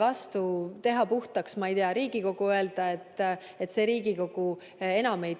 vastu, teha puhtaks, ma ei tea, Riigikogu, ja öelda, et see Riigikogu enam ei tööta,